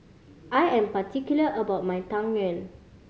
I am particular about my Tang Yuen